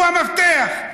הם המפתח.